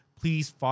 Please